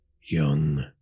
young